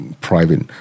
private